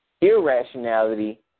irrationality